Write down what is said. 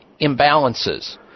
imbalances